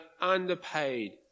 underpaid